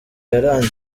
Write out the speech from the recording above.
yaranze